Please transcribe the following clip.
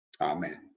Amen